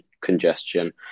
congestion